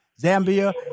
Zambia